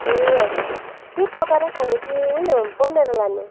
ए हजुर के पकाएरै खाने कि उयो बनाएर लाने